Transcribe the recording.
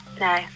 No